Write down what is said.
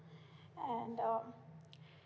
and um